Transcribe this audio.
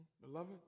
Beloved